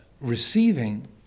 receiving